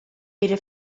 era